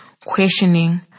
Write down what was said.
questioning